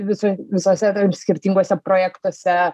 visur visuose tarkim skirtinguose projektuose